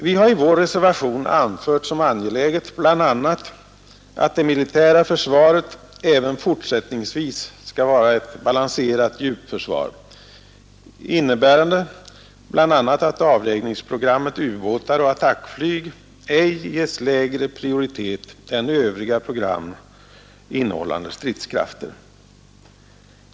Vi har i vår reservation anfört som angeläget att det militära försvaret även fortsättningsvis skall vara ett balanserat djupförsvar, innebärande bl.a. att avvägningsprogrammet ubåtar och attackflyg ej ges lägre prioritet än övriga program innehållande stridskrafter.